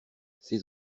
ses